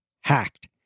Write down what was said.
hacked